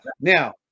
Now